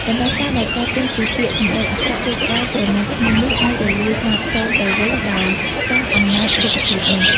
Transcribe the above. បណ្តាសាដែលកើតចេញពីពាក្យសម្តីអាក្រក់ឬការច្រណែនឈ្នានីសអាចរលាយសាបសូន្យទៅវិញដោយសារអំណាចរុក្ខជាតិនេះ។